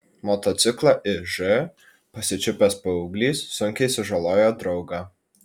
motociklą iž pasičiupęs paauglys sunkiai sužalojo draugą